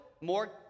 more